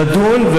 נדון,